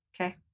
Okay